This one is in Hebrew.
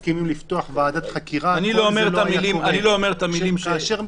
אני פותח את הישיבה בהצעה לדיון מהיר בנושא: